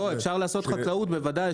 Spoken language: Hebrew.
לא, אפשר לעשות חקלאות, בוודאי.